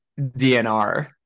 DNR